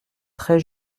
très